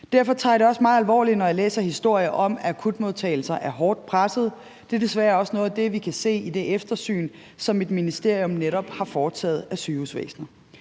Derfor tager jeg det også meget alvorligt, når jeg læser historier om, at akutmodtagelser er hårdt presset. Det er desværre også noget af det, vi kan se i det eftersyn, som mit ministerium netop har foretaget, af sygehusvæsenet.